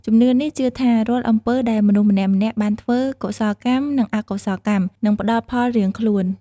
ជំនឿនេះជឿថា រាល់អំពើដែលមនុស្សម្នាក់ៗបានធ្វើ កុសលកម្ម និងអកុសលកម្ម នឹងផ្តល់ផលរៀងខ្លួន។